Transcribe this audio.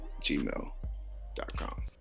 gmail.com